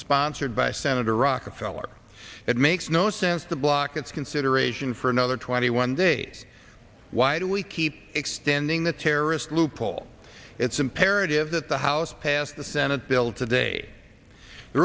sponsored by senator rockefeller it makes no sense to block its consideration for another twenty one days why do we keep extending the terrorist loophole it's imperative that the house passed the senate bill today the